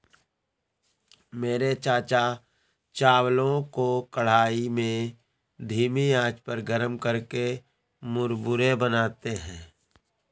मेरे चाचा चावलों को कढ़ाई में धीमी आंच पर गर्म करके मुरमुरे बनाते हैं